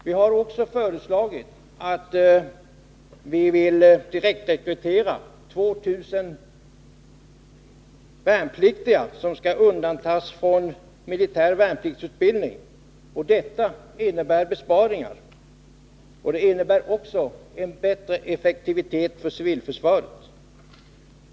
Vi har också sagt att vi vill direktrekrytera 2 000 värnpliktiga som skall undandras från militär värnpliktsutbildning. Detta innebär besparingar, och det innebär också en bättre effektivitet för civilförsvaret.